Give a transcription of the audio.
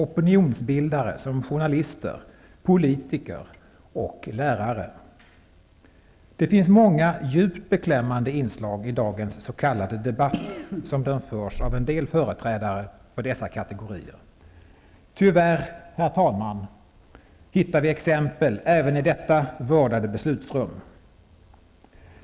Opinionsbildare som journalister, politiker och lärare. Det finns många djupt beklämmande inslag i dagens s.k. debatt som den förs av en del företrädare för dessa kategorier. Tyvärr, herr talman, hittar vi exempel även i detta vördade beslutsrum.